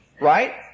Right